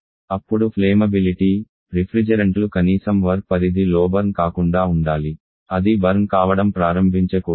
అప్పుడు ఫ్లేమబిలిటీ రిఫ్రిజెరెంట్లు కనీసం వర్క్ పరిధి లోబర్న్ కాకుండా ఉండాలి అది బర్న్ కావడం ప్రారంభించకూడదు